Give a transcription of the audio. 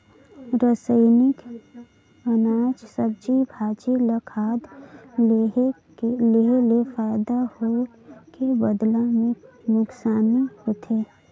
रसइनिक अनाज, सब्जी, भाजी ल खाद ले देहे ले फायदा होए के बदला मे नूकसानी होथे